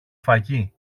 φαγί